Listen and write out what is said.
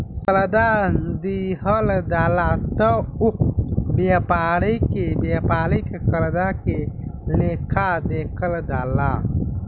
कर्जा दिहल जाला त ओह व्यापारी के व्यापारिक कर्जा के लेखा देखल जाला